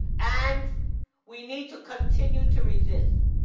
and we need to continue to resist.